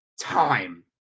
time